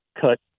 cut